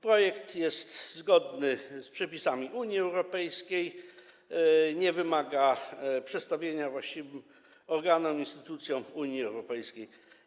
Projekt jest zgodny z przepisami Unii Europejskiej, nie wymaga przedstawienia właściwym organom i instytucjom Unii Europejskiej.